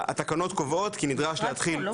התקנות קובעות כי נדרש להתחיל --- המשרד כאן.